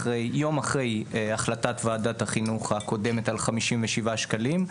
יום אחרי החלטת ועדת החינוך הקודמת על 57 שקלים.